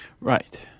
right